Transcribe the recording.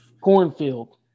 Cornfield